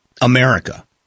America